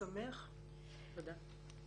משמח, תודה.